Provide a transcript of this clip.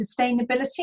sustainability